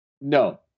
No